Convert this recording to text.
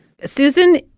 Susan